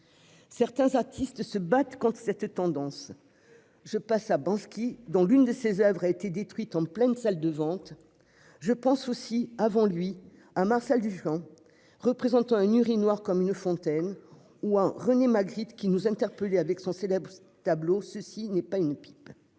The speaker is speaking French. Certains artistes se battent contre cette tendance. Je pense à Banksy, dont l'une des oeuvres a été détruite en pleine salle des ventes. Je pense aussi, avant lui, à Marcel Duchamp présentant un urinoir comme une fontaine ou à René Magritte qui nous interpellait avec son célèbre tableau, accompagné de la